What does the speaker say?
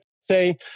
say